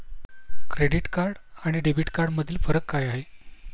Credit card आणि debit कार्डमधील फरक काय आहे?